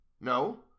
No